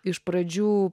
iš pradžių